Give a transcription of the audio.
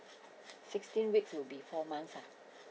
sixteen weeks will be four months ah